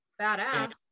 Badass